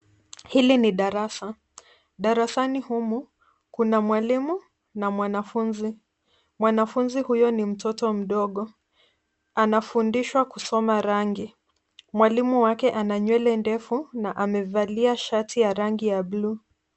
Hili ni darasa, darasani humu kuna mwalimu na mwanafunzi. Mwanafunzi huyo ni mtoto mdogo, anafundishwa kusoma rangi. Mwalimu wake ana nywele ndefu na amevalia shati ya rangi ya bluu.